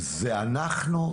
זה אנחנו,